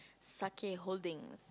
sakae holding